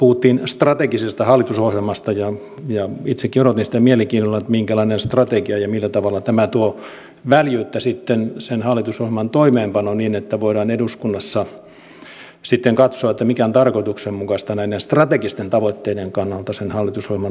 puhuttiin strategisesta hallitusohjelmasta ja itsekin odotin mielenkiinnolla sitä minkälainen strategia ja millä tavalla tämä tuo väljyyttä sen hallitusohjelman toimeenpanoon niin että voidaan eduskunnassa sitten katsoa mikä on tarkoituksenmukaista näiden strategisten tavoitteiden kannalta hallitusohjelman toteuttamisessa